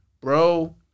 bro